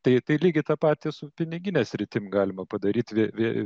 tai tai lygiai tą patį su pinigine sritim galima padaryt vie vie